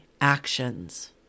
actions